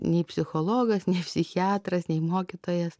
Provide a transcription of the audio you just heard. nei psichologas psichiatras nei mokytojas